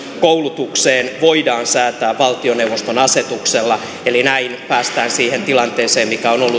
koulutukseen voidaan säätää valtioneuvoston asetuksella eli näin päästään siihen tilanteeseen